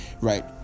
Right